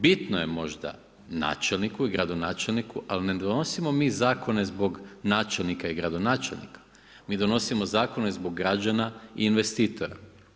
Bitno je možda načelniku i gradonačelniku, ali ne donosimo mi zakona zbog načelnika i gradonačelnika, mi donosimo zakone zbog građana i investitora.